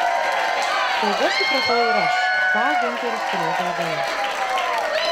staiga supratau ir aš ką giunteris turėjo galvoje